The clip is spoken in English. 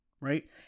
Right